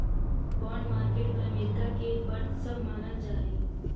bond market पर America के वर्चस्व मानल जा हइ